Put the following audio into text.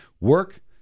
Work